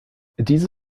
diese